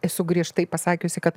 esu griežtai pasakiusi kad